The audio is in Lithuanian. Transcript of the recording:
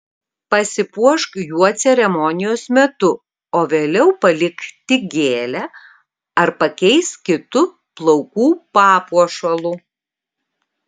pasipuošk juo ceremonijos metu o vėliau palik tik gėlę ar pakeisk kitu plaukų papuošalu